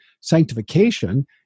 sanctification